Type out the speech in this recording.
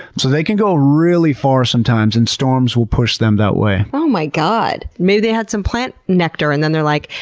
so they can go really far sometimes and storms will push them that way. oh my god! maybe they had some plant nectar and then they're like,